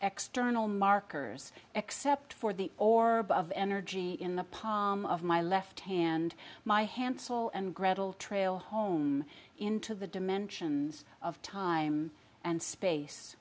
external markers except for the orb of energy in the palm of my left hand my hansel and gretel trail home into the dimensions of time and space